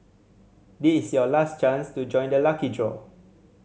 this is your last chance to join the lucky draw